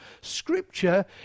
Scripture